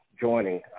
joining